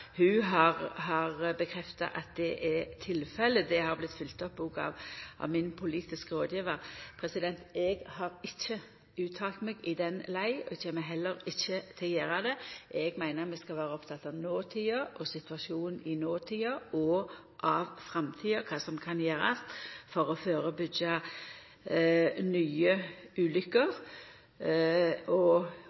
Det har vorte følgt opp òg av min politiske rådgjevar. Eg har ikkje uttalt meg i den lei og kjem heller ikkje til å gjera det. Eg meiner vi skal vera opptekne av notida og situasjonen i notida, og av framtida, kva som kan gjerast for å førebyggja nye ulukker, og